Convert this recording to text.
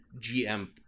gm